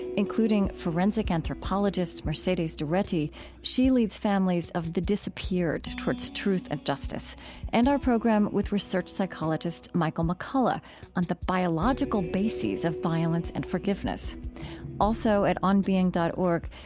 including forensic anthropologist mercedes doretti she leads families of the disappeared towards truth and justice and our program with research psychologist michael mccullough on the biological bases of violence and forgiveness also at onbeing dot org,